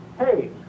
hey